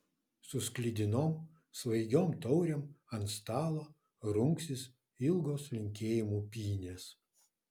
su sklidinom svaigiom taurėm ant stalo rungsis ilgos linkėjimų pynės